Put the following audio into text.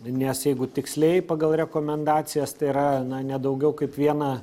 nes jeigu tiksliai pagal rekomendacijas tai yra na ne daugiau kaip viena